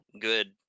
good